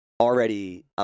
Already